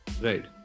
Right